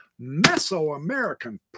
mesoamerican